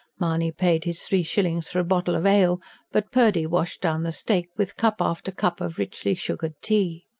mahony paid his three shillings for a bottle of ale but purdy washed down the steak with cup after cup of richly sugared tea.